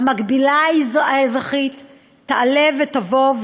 המקבילה האזרחית תעלה ותבוא,